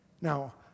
Now